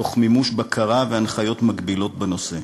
תוך מימוש בקרה והנחיות מגבילות בנושא.